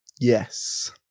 Yes